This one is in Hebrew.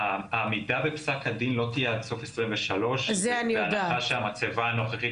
העמידה בפסק הדין לא תהיה עד סוף 23' בהנחה שהמצבה הנוכחית